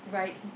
right